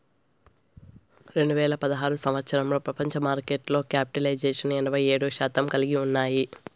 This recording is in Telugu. రెండు వేల పదహారు సంవచ్చరంలో ప్రపంచ మార్కెట్లో క్యాపిటలైజేషన్ ఎనభై ఏడు శాతం కలిగి ఉన్నాయి